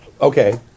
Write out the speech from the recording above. Okay